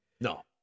No